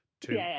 two